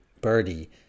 birdie